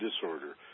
disorder